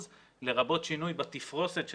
לרבות שינוי בתפרוסת שלהם.